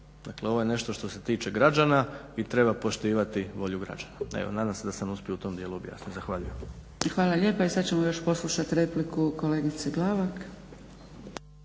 dakle ovo je nešto što se tiče građana i treba poštivati volju građana. Evo nadam se da sam uspio u tom dijelu objasniti. Zahvaljujem. **Zgrebec, Dragica (SDP)** Hvala lijepa. I sad ćemo još poslušat repliku kolegice Glavak.